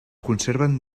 conserven